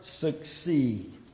succeed